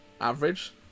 average